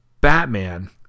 Batman